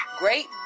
great